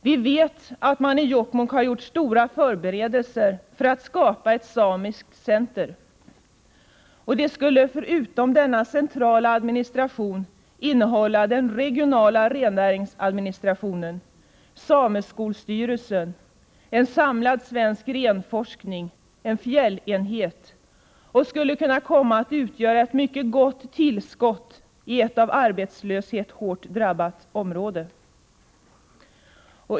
Vi vet att man i Jokkmokk har gjort stora förberedelser för att skapa ett samiskt center. Det skulle, förutom denna centrala administration, innehålla den regionala rennäringsadministrationen, sameskolstyrelsen, en samlad svensk renforskning och en fjällenhet och skulle kunna utgöra ett mycket gott tillskott i ett av arbetslöshet hårt drabbat område.